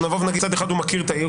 נגיד שמצד אחד הוא מכיר את העיר,